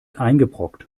eingebrockt